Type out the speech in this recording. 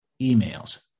emails